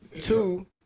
Two